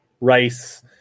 rice